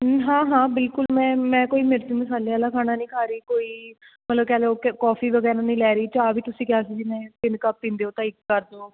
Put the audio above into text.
ਹਾਂ ਹਾਂ ਬਿਲਕੁਲ ਮੈਂ ਮੈਂ ਕੋਈ ਮਿਰਚ ਮਸਾਲੇ ਵਾਲਾ ਖਾਣਾ ਨਹੀਂ ਖਾ ਰਹੀ ਕੋਈ ਮਤਲਬ ਕਹਿ ਲਉ ਕਿ ਕੌਫ਼ੀ ਵਗੈਰਾ ਨਹੀਂ ਲੈ ਰਹੀ ਚਾਹ ਵੀ ਤੁਸੀਂ ਕਿਹਾ ਸੀ ਵੀ ਮੈਂ ਤਿੰਨ ਕੱਪ ਪੀਂਦੇ ਹੋ ਤਾਂ ਇੱਕ ਕਰਦੋ